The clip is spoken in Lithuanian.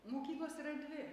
mokyklos yra dvi